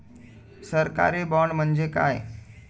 सरकारी बाँड म्हणजे काय?